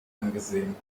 angesehen